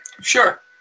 Sure